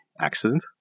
accident